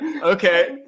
Okay